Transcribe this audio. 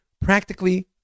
Practically